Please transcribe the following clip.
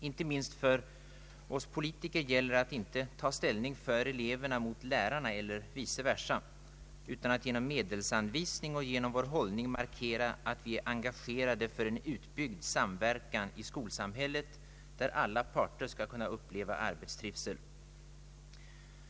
Inte minst för oss politiker gäller det att inte ta ställning för eleverna mot lärarna eller vice versa utan att genom medelsanvisning och genom vår hållning markera att vi är engagerade för en utbyggd samverkan i skolsamhället, där alla parter skall kunna uppleva arbetstrivsel.